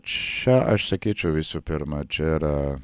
čia aš sakyčiau visų pirma čia yra